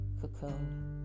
cocoon